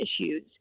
issues